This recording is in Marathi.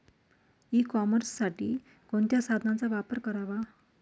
ई कॉमर्ससाठी कोणत्या साधनांचा वापर करावा?